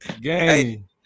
game